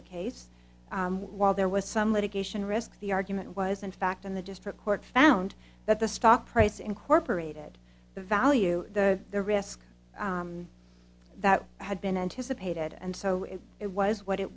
the case while there was some litigation risk the argument was in fact in the district court found that the stock price incorporated the value that the risk that had been anticipated and so if it was what it